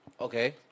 Okay